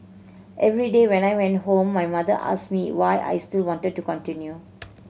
every day when I went home my mother asked me why I still wanted to continue